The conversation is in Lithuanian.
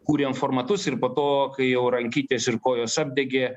kūrėm formatus ir po to kai jau rankytės ir kojos apdegė